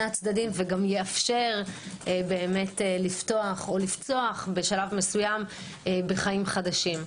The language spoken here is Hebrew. הצדדים ויאפשר לפתוח או לפצוח בשלב מסוים בחיים חדשים.